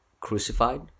crucified